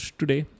today